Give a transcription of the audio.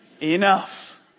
enough